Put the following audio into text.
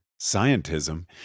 scientism